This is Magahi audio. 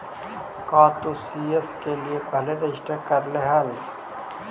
का तू सी.एस के लिए पहले रजिस्टर करलू हल